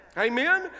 amen